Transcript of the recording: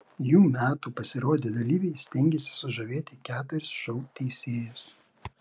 jų metų pasirodę dalyviai stengėsi sužavėti keturis šou teisėjus